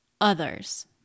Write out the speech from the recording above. Others